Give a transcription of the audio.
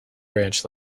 ranch